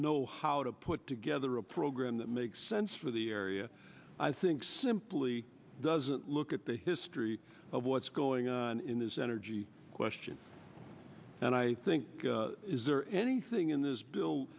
know how to put together a program that makes sense for the area i think simply doesn't look at the history of what's going on in this energy question and i think is there anything in this bill